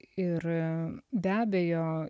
ir be abejo